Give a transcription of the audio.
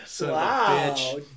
Wow